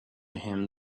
him